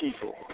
people